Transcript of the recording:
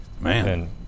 Man